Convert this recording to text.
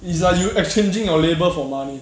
it's like you exchanging your labour for money